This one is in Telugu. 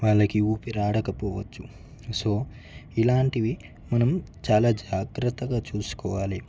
వాళ్ళకి ఊపిరి ఆడకపోవచ్చు సో ఇలాంటివి మనం చాలా జాగ్రత్తగా చూసుకోవాలి